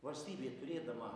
valstybė turėdama